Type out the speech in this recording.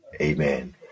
Amen